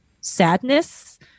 sadness